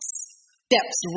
steps